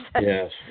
yes